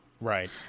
Right